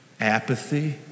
Apathy